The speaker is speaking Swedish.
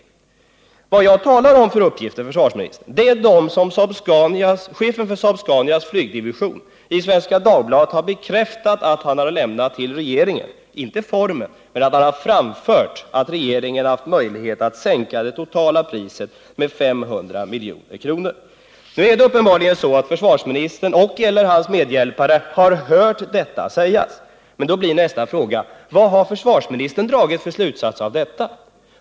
De uppgifter jag talar om, herr försvarsminister, är de som chefen för Saab-Scanias flygdivision har bekräftat i Svenska Dagbladet att han lämnat till regeringen. Jag talar alltså inte om formen för överlämnandet, utan om att han framfört att regeringen haft möjlighet att få det totala priset sänkt med 500 milj.kr. Nu är det uppenbarligen så att försvarsministern och/eller hans medhjälpare har hört detta sägas. Och då blir min nästa fråga: Vilka slutsatser har försvarsministern dragit av detta?